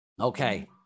okay